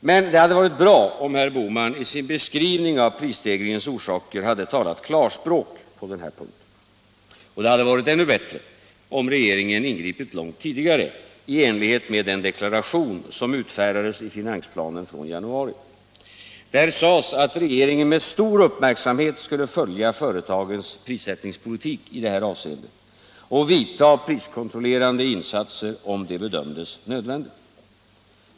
Men det hade varit bra om herr Bohman i sin beskrivning av prisstegringens orsaker talat klarspråk på denna punkt. Det hade varit ännu bättre om regeringen ingripit långt tidigare, i enlighet med den deklaration som utfärdades i finansplanen i januari. Där sades att regeringen med stor uppmärksamhet skulle följa företagens prissättningspolitik i detta avseende och vidta priskontrollerande åtgärder om det bedömdes nödvändigt.